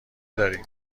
داریم